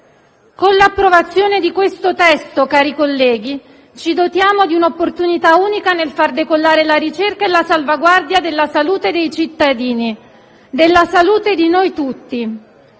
Con l'approvazione di questo testo, cari colleghi, ci dotiamo di un'opportunità unica per far decollare la ricerca e la salvaguardia della salute dei cittadini, della salute di noi tutti.